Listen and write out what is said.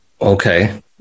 Okay